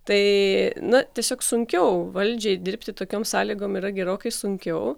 tai na tiesiog sunkiau valdžiai dirbti tokiom sąlygom yra gerokai sunkiau